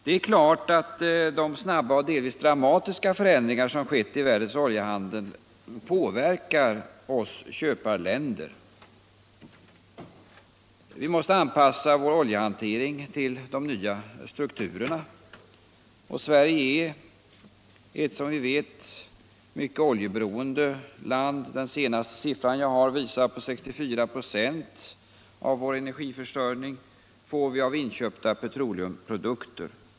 Det är klart att de snabba och delvis dramatiska förändringar som skett i världens oljehandel påverkar köparländerna. Vi måste anpassa vår oljehantering till de nya strukturerna, och Sverige är som vi vet ett mycket oljeberoende land. Den senaste uppgift jag har visar att 64 96 av vår energiförsörjning får vi av inköpta petroleumprodukter.